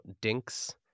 dinks